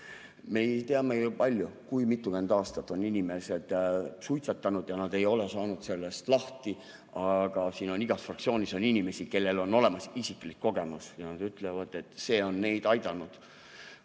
Me teame ju, kui mitukümmend aastat on inimesed suitsetanud ja nad ei ole saanud sellest lahti. Siin on igas fraktsioonis inimesi, kellel on olemas isiklik kogemus ja nad ütlevad, et see on neid aidanud.